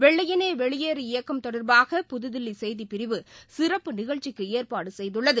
வெள்ளையனேவெளியேறு இயக்கம் தொடர்பாக புதுதில்லிசெய்திப்பிரிவு சிறப்பு நிகழ்ச்சிக்குஏற்பாடுசெய்துள்ளது